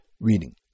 reading